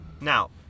Now